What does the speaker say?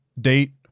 Date